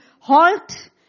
halt